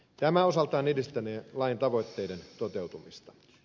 tämä osaltaan edistänee lain tavoitteiden toteutumista